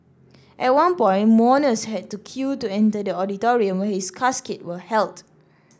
at one point mourners had to queue to enter the auditorium where his casket was held